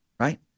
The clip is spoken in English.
right